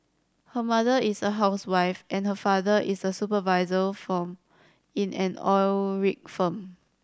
her mother is a housewife and her father is a supervisor for in an oil rig firm